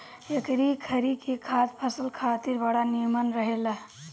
एकरी खरी के खाद फसल खातिर बड़ा निमन रहेला